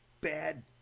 bad